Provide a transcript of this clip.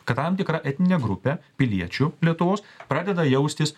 kad tam tikra etninė grupė piliečiu lietuvos pradeda jaustis